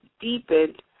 deepened